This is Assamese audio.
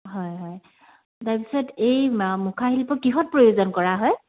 হয় হয় তাৰপিছত এই মুখা শিল্প কিহত প্ৰয়োজন কৰা হয়